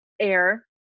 air